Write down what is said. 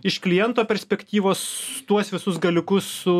iš kliento perspektyvos tuos visus galiukus su